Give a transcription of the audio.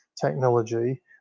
technology